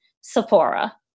Sephora